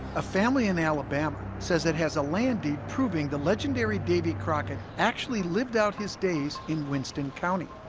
a family in alabama says it has a landing proving the legendary davy crockett actually lived out his days in winston county